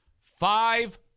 five